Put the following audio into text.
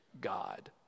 God